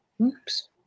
Oops